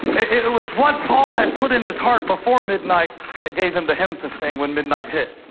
it was what paul had put in his heart before midnight that gave him the hymn to sing when midnight hit.